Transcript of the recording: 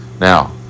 Now